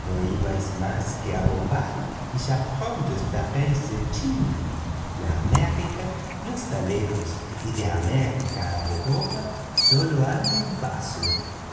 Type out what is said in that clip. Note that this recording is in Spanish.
no ibais más que a bombay y ya pronto estaréis en china la américa no está lejos y de américa a europa hay sólo un paso